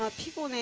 ah people.